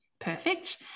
perfect